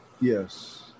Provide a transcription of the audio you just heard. Yes